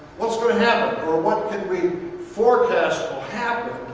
what's going to happen? or, what can we forecast will happen?